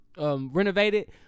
Renovated